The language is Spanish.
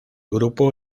grupo